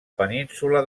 península